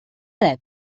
rap